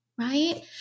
right